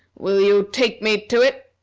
will you take me to it?